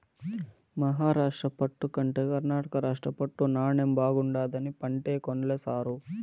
మహారాష్ట్ర పట్టు కంటే కర్ణాటక రాష్ట్ర పట్టు నాణ్ణెం బాగుండాదని పంటే కొన్ల సారూ